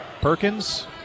Perkins